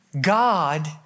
God